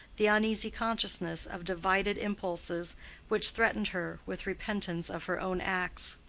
the uneasy consciousness of divided impulses which threatened her with repentance of her own acts.